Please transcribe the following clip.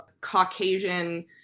Caucasian